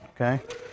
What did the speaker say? okay